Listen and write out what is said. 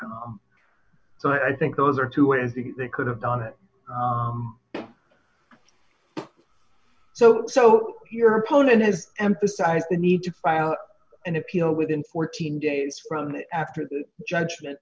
so i think those are two entities they could have done it so so your opponent has emphasized the need to file an appeal within fourteen days from after the judgment